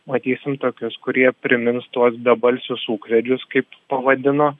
matysim tokius kurie primins tuos bebalsius ūkvedžius kaip pavadino